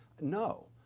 no